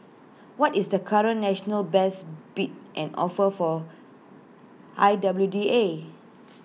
what is the current national best bid and offer for I W D A